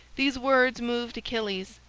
these words moved achilles,